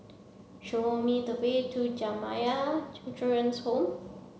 show me the way to Jamiyah Children's Home